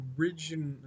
original